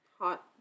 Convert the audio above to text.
Hot